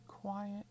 quiet